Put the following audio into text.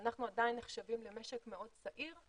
אנחנו עדיין נחשבים למשק מאוד צעיר,